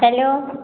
hello